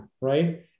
right